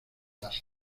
las